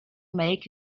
make